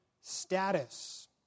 status